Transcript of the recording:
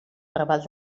raval